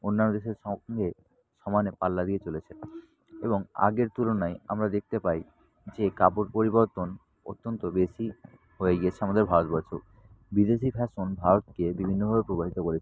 অন্যান্য দেশের সঙ্গে সমানে পাল্লা দিয়ে চলেছে এবং আগের তুলনায় আমরা দেখতে পাই যে কাপড় পরিবর্তন অত্যন্ত বেশি হয়ে গিয়েছে আমাদের ভারতবর্ষ বিদেশি ফ্যাশন ভারতকে বিভিন্নভাবে প্রভাবিত করেছে